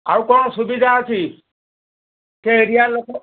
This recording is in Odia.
ଆଉ କ'ଣ ସୁବିଧା ଅଛି ସେ ଏରିଆ ଲୋକ